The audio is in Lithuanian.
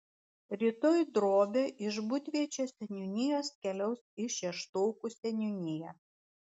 rytoj drobė iš būdviečio seniūnijos keliaus į šeštokų seniūniją